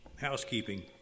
housekeeping